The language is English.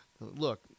look